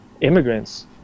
immigrants